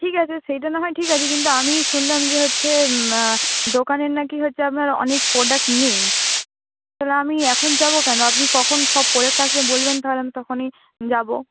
ঠিক আছে সেইটা না হয় ঠিক আছে কিন্তু আমি শুনলাম যে হচ্ছে দোকানের নাকি হচ্ছে আপনার অনেক প্রোডাক্ট নেই তাহলে আমি এখন যাব কেন আপনি কখন সব প্রোডাক্ট আসবে বলবেন তাহলে আমি তখনই যাব